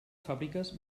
fàbriques